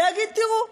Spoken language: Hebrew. להגיד: תראו,